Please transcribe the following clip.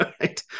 right